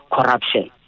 corruption